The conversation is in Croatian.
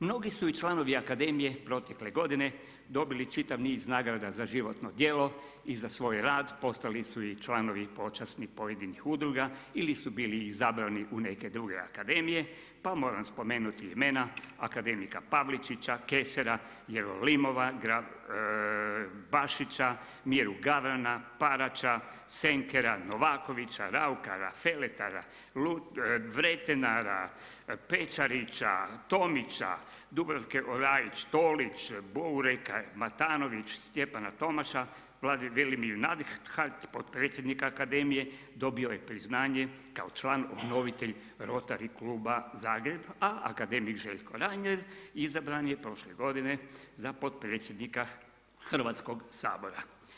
Mnogi su i članovi akademije protekle godine dobili čitav niz nagrada za životno djelo i za svoj rad, postali su i članovi počasni pojedinih udruga ili su bili izabrani u neke druge akademije pa moram spomenuti imena akademika Pavličića, Kesera, Jerolimova, Bašića, Miru Gavrana, Paraća, Senkera, Novakovića, RAukara, Feletara, Vretenara, Pečarića, Tomića, Dubravke Oraić, Tolić, Borueka, Matanović, Stjepana Tomaša, Velimir … potpredsjednik akademije dobio je priznanje kao član obnovitelj Rotary kluba Zagreb, a akademik Željko Reiner izabran je prošle godine za potpredsjednika Hrvatskog sabora.